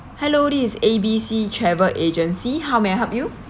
hello this is A B C travel agency how may I help you